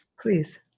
Please